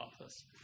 office